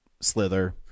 Slither